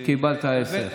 קיבלת עשר.